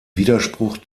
widerspruch